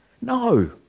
No